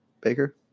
Baker